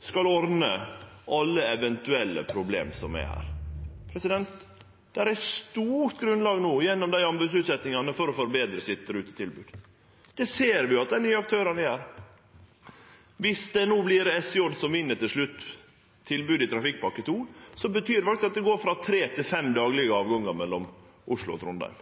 skal ordne alle eventuelle problem. Det er no eit stort grunnlag gjennom desse anbodsutsetjingane for å forbetre rutetilbodet. Vi ser at dei nye aktørane er her. Dersom det vert SJ som til slutt vinn tilbodet om Trafikkpakke 2, betyr det faktisk at det vil gå frå tre til fem daglege avgangar mellom Oslo og Trondheim: